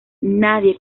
nadie